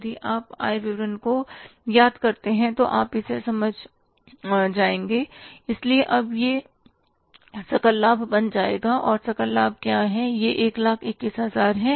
यदि आप आय विवरण को याद करते हैं तो आप इसे समझ जाएंगे इसलिए यह अब सकल लाभ बन जाएगा और सकल लाभ क्या है यह 121000 है